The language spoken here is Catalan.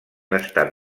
estat